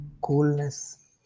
coolness